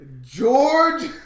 George